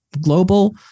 global